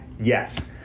Yes